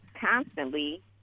constantly